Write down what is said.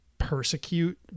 persecute